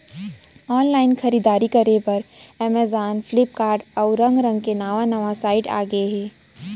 online खरीददारी करे बर अमेजॉन, फ्लिपकार्ट, अउ रंग रंग के नवा नवा साइट आगे हे